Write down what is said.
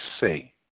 say